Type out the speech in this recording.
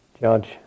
judge